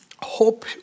hope